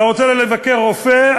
אתה רוצה לבקר רופא,